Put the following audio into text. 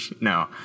No